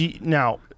Now